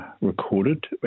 recorded